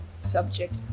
subject